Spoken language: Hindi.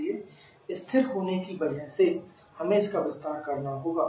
इसलिए स्थिर होने की वजह से हमें इसका विस्तार करना होगा